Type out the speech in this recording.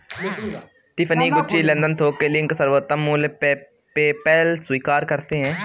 Tiffany, Gucci, London थोक के link, सर्वोत्तम मूल्य, पेपैल स्वीकार करते है